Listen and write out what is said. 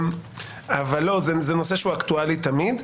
אבל זה נושא שהוא אקטואלי תמיד,